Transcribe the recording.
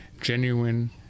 genuine